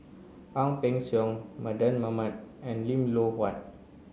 Ang Peng Siong Mardan Mamat and Lim Loh Huat